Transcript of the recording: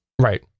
Right